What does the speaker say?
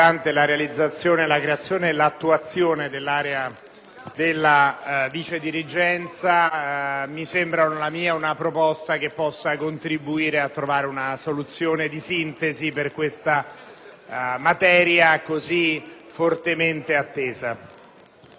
della vicedirigenza. Mi sembra una proposta che possa contribuire a trovare una soluzione di sintesi per questa materia così fortemente attesa.